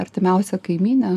artimiausią kaimynę